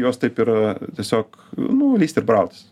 jos taip ir tiesiog nu lįst ir brautis